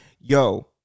yo